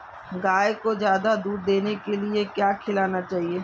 गाय को ज्यादा दूध देने के लिए क्या खिलाना चाहिए?